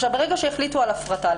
ברגע שהחליטו על הפרטה,